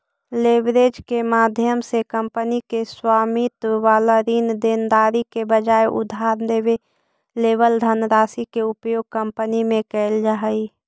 leverage के माध्यम से कंपनी के स्वामित्व वाला ऋण देनदारी के बजाय उधार लेवल धनराशि के उपयोग कंपनी में कैल जा हई